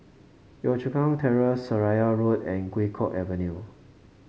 Yio Chu Kang Terrace Seraya Road and Guok Avenue